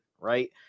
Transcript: right